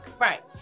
Right